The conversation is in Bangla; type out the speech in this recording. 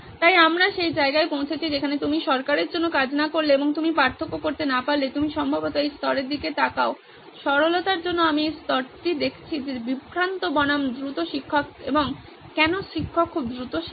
তাই আমরা সেই জায়গায় পৌঁছেছি যেখানে আপনি সরকারের জন্য কাজ না করলে এবং আপনি পার্থক্য করতে না পারলে আপনি সম্ভবত এই স্তরের দিকে তাকান সরলতার জন্য আমি এই স্তরটি দেখছি যে বিভ্রান্ত বনাম দ্রুত শিক্ষক এবং কেন শিক্ষক খুব দ্রুত শেখান